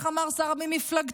איך אמר שר ממפלגתו,